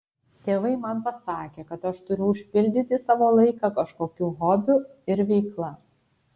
tėvai man pasakė kad aš turiu užpildyti savo laiką kažkokiu hobiu ir veikla